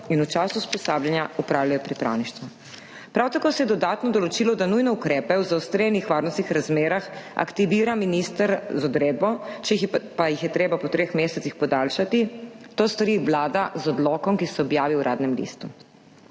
in v času usposabljanja opravljajo pripravništvo. Prav tako se je dodatno določilo, da nujne ukrepe v zaostrenih varnostnih razmerah aktivira minister z odredbo. Če pa jih je treba po treh mesecih podaljšati, to stori vlada z odlokom, ki se objavi v Uradnem listu.